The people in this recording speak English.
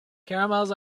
caramels